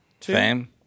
fame